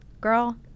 girl